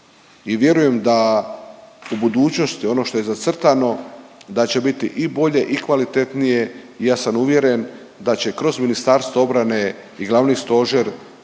I vjerujem da u budućnosti ono što je zacrtano da će biti i bolje i kvalitetnije i ja sam uvjeren da će kroz Ministarstvo obrane i glavni stožer